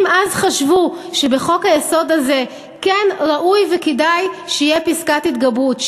אם אז חשבו שבחוק-היסוד הזה כן ראוי וכדאי שתהיה פסקת התגברות,